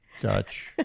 Dutch